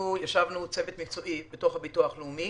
ישבנו בצוות מקצועי בביטוח הלאומי